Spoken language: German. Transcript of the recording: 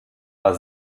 war